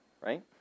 right